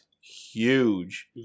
huge